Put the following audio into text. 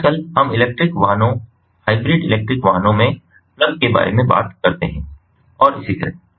आज कल हम इलेक्ट्रिकल वाहनों हाइब्रिड इलेक्ट्रिक वाहनों में प्लग के बारे में बात करते हैं और इसी तरह